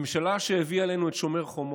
מממשלה שהביאה עלינו את שומר חומות,